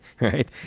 right